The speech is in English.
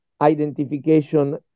identification